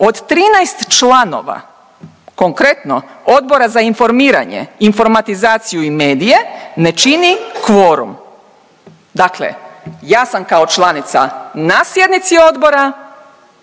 od 13 članova, konkretno, Odbora za informiranje, informatizaciju i medije ne čini kvorum. Dakle ja sam kao članica na sjednici odbora